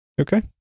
okay